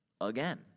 again